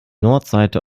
nordseite